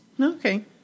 Okay